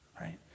right